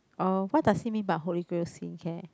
uh what does he mean by Holy Grail skin care